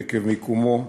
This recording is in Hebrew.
עקב מיקומו,